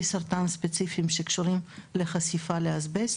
סרטן ספציפיים שקשורים לחשיפה לאסבסט.